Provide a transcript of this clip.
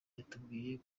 yatubwiye